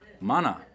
Mana